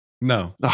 No